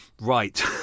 Right